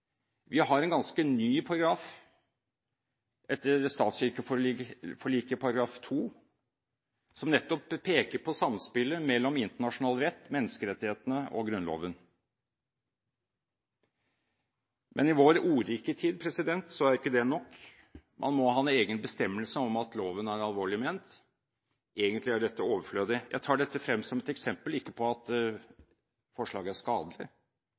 Vi har en ganske ny paragraf etter stat–kirke-forliket, § 2, som nettopp peker på samspillet mellom internasjonal rett, menneskerettighetene og Grunnloven. Men i vår ordrike tid er ikke det nok. Man må ha en egen bestemmelse om at loven er alvorlig ment. Egentlig er dette overflødig. Jeg tar dette frem som et eksempel ikke på at forslaget er skadelig,